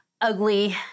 ugly